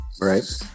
Right